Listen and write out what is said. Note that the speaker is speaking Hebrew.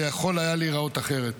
זה יכול היה להיראות אחרת.